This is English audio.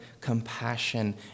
compassion